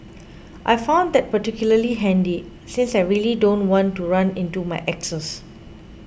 I found that particularly handy since I really don't want to run into my exes